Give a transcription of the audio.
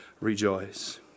rejoice